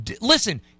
Listen